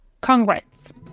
Congrats